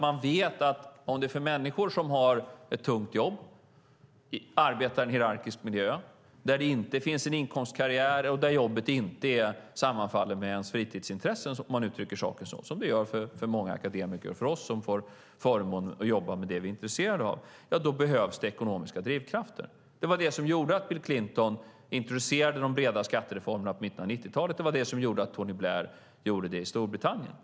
Man vet att det för människor som har ett tungt jobb, som arbetar i en hierarkisk miljö där det inte finns en inkomstkarriär och där jobbet inte sammanfaller med ens fritidsintressen, om man uttrycker saken så, vilket det gör för många akademiker och för oss som har förmånen att få jobba med det vi är intresserade av, behövs ekonomiska drivkrafter. Det var det som gjorde att Bill Clinton introducerade de breda skattereformerna på 1990-talet. Det var det som gjorde att Tony Blair gjorde detsamma i Storbritannien.